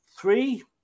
three